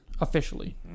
Officially